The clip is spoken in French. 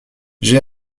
j’ai